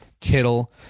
Kittle